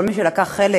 כל מי שלקח חלק